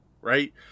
right